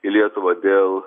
į lietuvą dėl